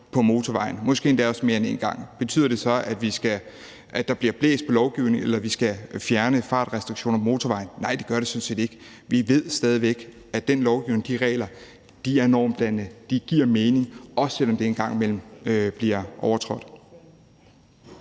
på motorvejen – måske endda også mere end en gang. Betyder det så, at der bliver blæst på lovgivningen, eller at vi skal fjerne fartrestriktioner på motorvejen? Nej, det gør det sådan set ikke. Vi ved stadig væk, at den lovgivning og de regler er normdannende og giver mening, også selv om de en gang imellem bliver overtrådt.